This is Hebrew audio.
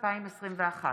מתנגדים.